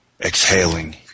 Exhaling